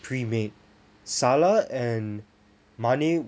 pre made salah and mane